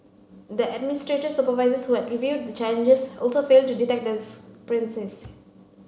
the administrator's supervisors who had reviewed the changes also failed to detect this